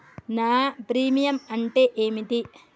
నా ప్రీమియం అంటే ఏమిటి?